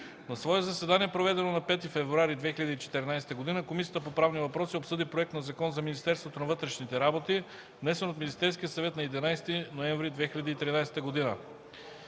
На свое заседание, проведено на 5 февруари 2014 г. Комисията по правни въпроси обсъди проект на Закон за Министерството на вътрешните работи № 302-01-39, внесен от Министерския съвет на 11 ноември 2013 г.